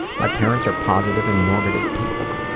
my parents are positive and normative people,